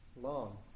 long